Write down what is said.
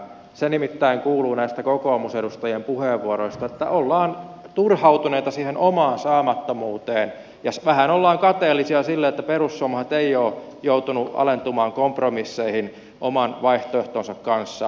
se nimittäin kuuluu näistä kokoomusedustajien puheenvuoroista että ollaan turhautuneita siihen omaan saamattomuuteen ja vähän ollaan kateellisia sille että perussuomalaiset eivät ole joutuneet alentumaan kompromisseihin oman vaihtoehtonsa kanssa